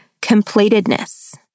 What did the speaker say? completedness